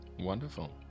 Wonderful